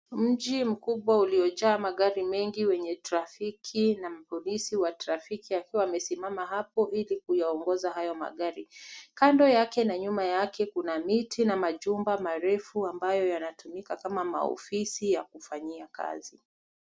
Mji mkubwa uliojaa magari mengi, wenye traffiki na polisi wa traffiki akiwa amesimama hapo ili kuyaongoza hayo magari. Kando yake na nyuma yake , Kuna miti na majumba marefu ambayo yanatumika kama maofisi ya kufanyia kazi.